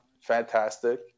fantastic